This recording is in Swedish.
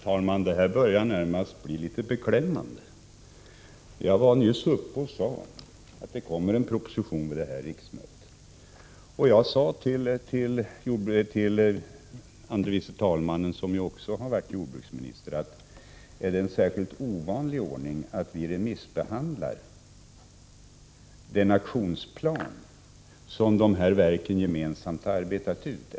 Herr talman! Det här börjar närmast bli litet beklämmande. Jag sade nyss att det kommer att läggas fram en proposition under detta riksmöte. Jag frågade också andre vice talmannen, som också har varit jordbruksminister, om det är en särskilt ovanlig ordning att vi remissbehandlar den aktionsplan som verken i fråga gemensamt har arbetat fram.